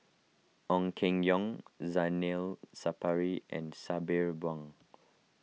Ong Keng Yong Zainal Sapari and Sabri Buang